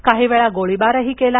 काही वेळा गोळीबारही केला